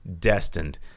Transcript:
destined